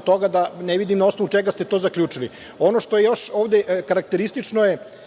toga da ne vidim na osnovu čega ste to zaključili. Ono što je još ovde karakteristično da